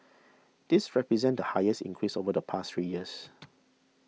this represents the highest increase over the past three years